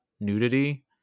nudity